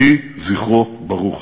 יהי זכרו ברוך.